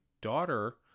daughter